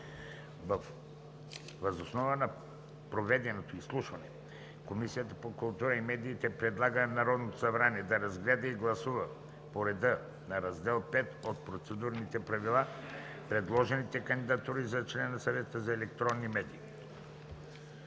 Въз основа на проведеното изслушване Комисията по културата и медиите предлага на Народното събрание да разгледа и гласува по реда на Раздел V от Процедурните правила предложените кандидатури за член на Съвета за електронни медии